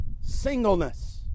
Singleness